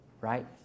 right